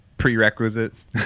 prerequisites